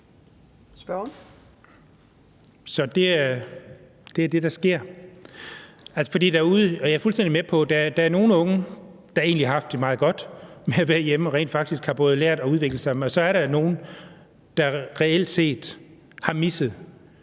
fuldstændig med på, at der er nogle unge, der egentlig har haft det meget godt med at være hjemme og rent faktisk har både lært og udviklet sig, og så er der nogle, der reelt set har misset